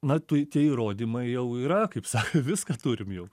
na tu tie įrodymai jau yra kaip saka viską turim jau